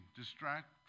distract